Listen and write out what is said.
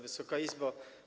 Wysoka Izbo!